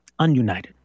ununited